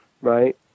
Right